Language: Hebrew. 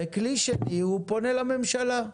וכלי שני הוא פונה לממשלה.